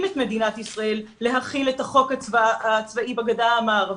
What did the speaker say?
את מדינת ישראל להחיל את החוק הצבאי בגדה המערבית,